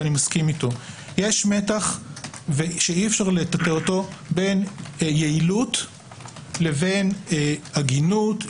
ואני מסכים איתו שאי-אפשר לטאטא אותו בין יעילות לבין הגינות,